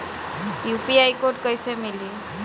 UPI code कैसे मिली?